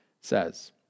says